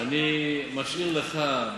אני משאיר לך,